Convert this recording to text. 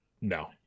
no